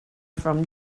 from